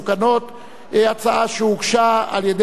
הצעה שהוגשה על-ידי הסיעות,